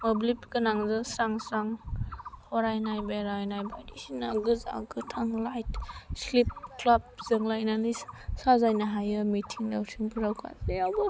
मोब्लिब गोनांजों स्रां स्रां फरायनाय बेरायनाय बायदिसिना गोजा गोथां लाइट ख्लिब ख्लाब जोंलायनानै साजायनो हायो मिथिं दाउथिंफोराव गासैयावबो